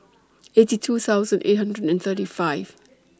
eighty two thousand eight hundred and thirty five